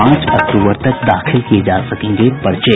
पांच अक्टूबर तक दाखिल किये जा सकेंगे पर्चे